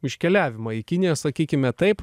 iškeliavimą į kiniją sakykime taip